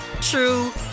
true